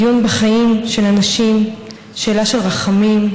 דיון בחיים של אנשים, שאלה של רחמים,